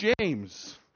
James